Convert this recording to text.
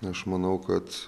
aš manau kad